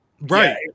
Right